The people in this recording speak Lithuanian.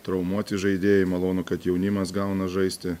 traumuoti žaidėjai malonu kad jaunimas gauna žaisti